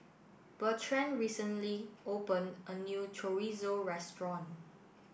bertrand recently opened a new Chorizo restaurant